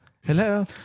Hello